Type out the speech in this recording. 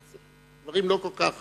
הדברים לא כל כך